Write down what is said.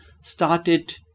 started